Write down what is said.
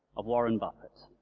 of warren buffett